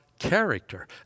character